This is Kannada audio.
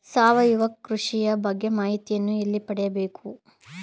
ಸಾವಯವ ಕೃಷಿಯ ಬಗ್ಗೆ ಮಾಹಿತಿಯನ್ನು ಎಲ್ಲಿ ಪಡೆಯಬೇಕು?